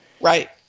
Right